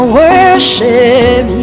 worship